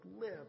live